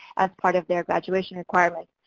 as part of their graduation requirements.